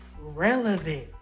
relevant